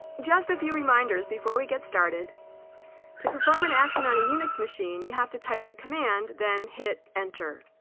just a few reminders before we get started to perform an action on a unix machine you have to type the command then hit enter